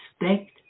respect